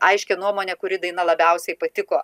aiškią nuomonę kuri daina labiausiai patiko